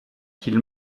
qu’il